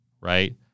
right